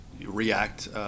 react –